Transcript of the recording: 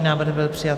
Návrh byl přijat.